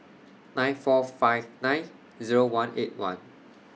nine four five nine Zero one eight one